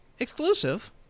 Exclusive